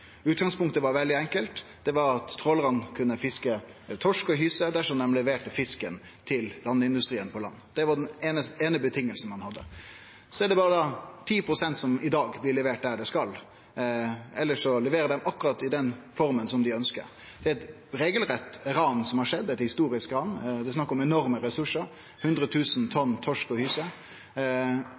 Utgangspunktet var veldig enkelt, det var at trålarane kunne fiske torsk og hyse dersom dei leverte fisken til industrien på land. Det var det eine vilkåret ein hadde. Det er berre 10 pst. som i dag blir levert der det skal. Elles leverer dei i akkurat den forma dei ønskjer. Det er eit regelrett ran som har skjedd, eit historisk ran. Det er snakk om enorme ressursar, hundre tusen tonn torsk og hyse.